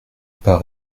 pas